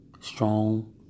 strong